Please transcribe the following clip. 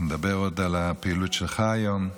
נדבר עוד על הפעילות שלך היום.